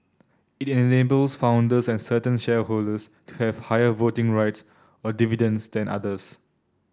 it enables founders and certain shareholders to have higher voting rights or dividends than others